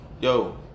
Yo